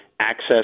access